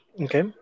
Okay